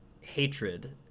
hatred